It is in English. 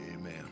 Amen